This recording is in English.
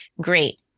Great